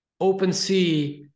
OpenSea